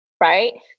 right